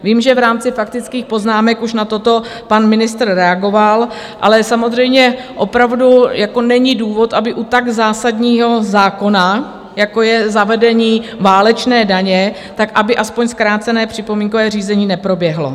Vím, že v rámci faktických poznámek už na toto pan ministr reagoval, ale samozřejmě opravdu není důvod, aby u tak zásadního zákona, jako je zavedení válečné daně, aby aspoň zkrácené připomínkové řízení neproběhlo.